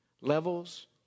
levels